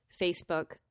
facebook